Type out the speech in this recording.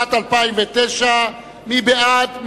התשס"ט 2009, מי בעד?